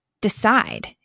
Decide